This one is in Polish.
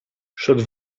szedł